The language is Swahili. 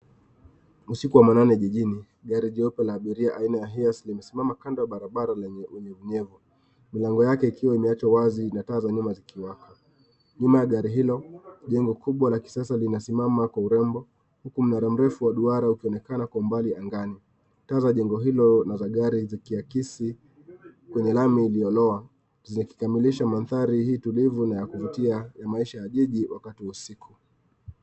Usiku wa manane jijini, gari jeupe la abiria aina ya hearse limesimama kando ya barabara lenye unyevunyevu. Milango yake ikiwa imewachwa wazi na taa za nyuma zikiwaka. Nyuma ya gari hilo, jengo kubwa la kisasa linasimama kwa urembo, huku mnara mrefu wa duara ukionekana kwa umbali angani. Taa za jengo jilo na za gari zikiakisi kwenye lami iliyolowa, zikikamilisha mandhari hii tulivu na ya kuvutia ya maisha ya jiji wakati wa usiku.